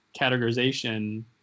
categorization